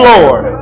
Lord